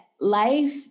life